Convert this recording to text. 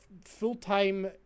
full-time